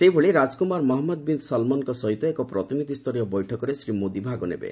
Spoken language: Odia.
ସେହିଭଳି ରାଜକ୍ରମାର ମହଞ୍ଜଦ ବିନ ସଲମନଙ୍କ ସହିତ ଏକ ପ୍ରତିନିଧ୍ୟ ସ୍ତରୀୟ ବୈଠକରେ ଶ୍ରୀ ମୋଦି ଭାଗ ନେବେ